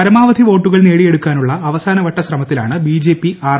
പരമാവധി വോട്ടുകൾ നേടിയെടുക്കാനുള്ള അവസാനവട്ട ശ്രമത്തിലാണ് ബിജെപി ആർ